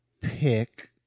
pick